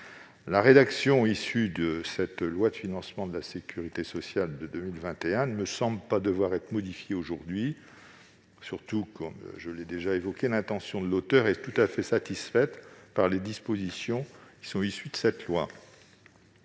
La rédaction issue de la loi de financement de la sécurité sociale pour 2021 ne me semble pas devoir être modifiée aujourd'hui, d'autant que, comme je l'ai déjà évoqué, l'intention de l'auteur de la proposition de loi est tout à fait satisfaite par les dispositions qui sont issues de cette loi.